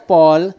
Paul